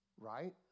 right